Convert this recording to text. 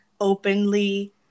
openly